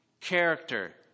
character